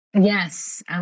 Yes